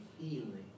feeling